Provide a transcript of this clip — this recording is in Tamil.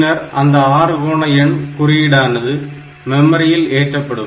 பின்னர் அந்த ஆறுகோண எண் குறியீடானது மெமரியில் ஏற்றப்படும்